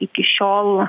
iki šiol